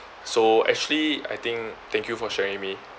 so actually I think thank you for sharing with me